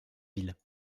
ville